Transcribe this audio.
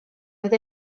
oedd